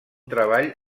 treball